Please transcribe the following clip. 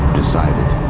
decided